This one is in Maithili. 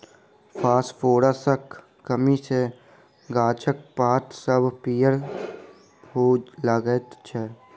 फासफोरसक कमी सॅ गाछक पात सभ पीयर हुअ लगैत छै